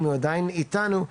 אם הוא עדיין איתנו,